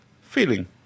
feeling